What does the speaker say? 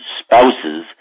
spouses